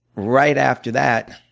right after that